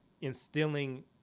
instilling